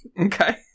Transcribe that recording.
Okay